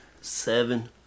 Seven